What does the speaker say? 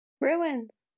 Ruins